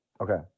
Okay